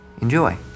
Enjoy